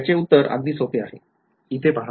त्याचे उत्तर अगदी सोपे आहे इथे पहा